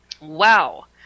Wow